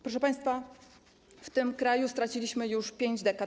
Proszę państwa, w tym kraju straciliśmy już pięć dekad.